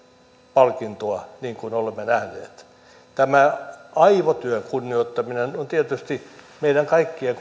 palkintoa niin kuin olemme nähneet tämä aivotyö on tietysti meidän kaikkien